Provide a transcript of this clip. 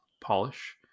polish